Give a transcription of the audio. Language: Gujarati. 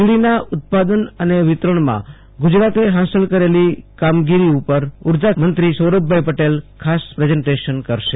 વીજળીના ઉત્પાદન અને વિતરણમાં ગુજરાતે હાંસલ કરેલી કામયાબી ઉપર ઉર્જામંત્રી સૌરભભાઈ પટેલ ખાસ પ્રેઝન્ટેશન કરશે